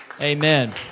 Amen